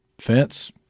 fence